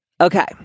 Okay